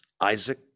Isaac